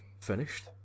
finished